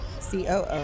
COO